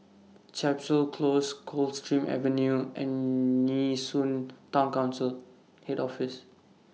Chapel Close Coldstream Avenue and Nee Soon Town Council Head Office